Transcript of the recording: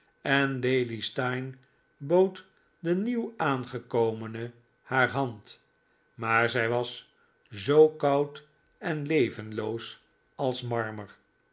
en lady steyne bood de nieuw aangekomene haar hand maar zij was zoo koud en levenloos als marmer